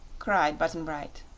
cried button-bright.